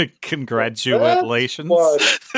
Congratulations